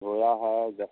घोड़ा है ग